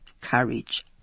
courage